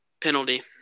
penalty